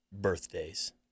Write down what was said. Birthdays